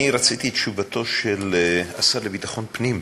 אני רציתי את תשובתו של השר לביטחון הפנים,